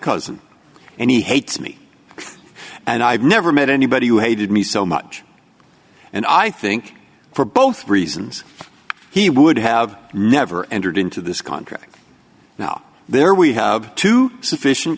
cousin and he hates me and i've never met anybody who hated me so much and i think for both reasons he would have never entered into this contract now there we have to sufficient